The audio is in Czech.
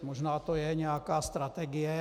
Možná to je nějaká strategie.